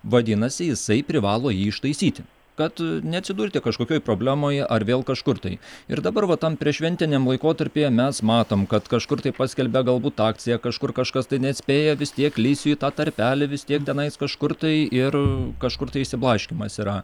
vadinasi jisai privalo jį ištaisyti kad neatsidurti kažkokioj problemoj ar vėl kažkur tai ir dabar va tam prieššventiniam laikotarpyje mes matom kad kažkur tai paskelbia galbūt akciją kažkur kažkas tai nespėja vis tiek lįsiu į tą tarpelį vis tiek tenais kažkur tai ir kažkur tai išsiblaškymas yra